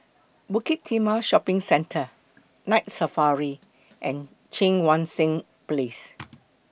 Bukit Timah Shopping Centre Night Safari and Cheang Wan Seng Place